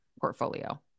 portfolio